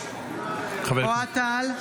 בעד אוהד טל,